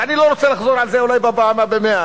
ואני לא רוצה לחזור על זה אולי בפעם המאה,